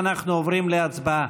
אנחנו עוברים להצבעה.